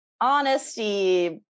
honesty